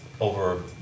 over